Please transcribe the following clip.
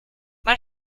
man